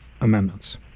Amendments